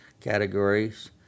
categories